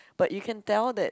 but you can tell that